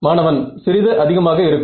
மாணவன் சிறிது அதிகமாக இருக்கும்